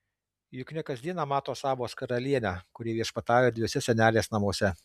juk ne kas dieną mato sabos karalienę kuri viešpatauja erdviuose senelės namuose